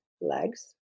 legs